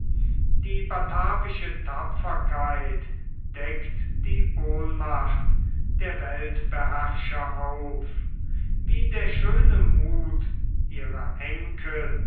die batavische tapferkeit deckt die ohnmacht der weltbeherrscher auf wie der schöne muth ihrer enkel